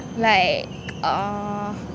like uh